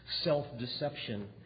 self-deception